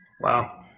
Wow